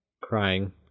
crying